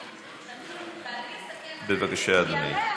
בבקשה, אדוני.